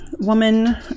woman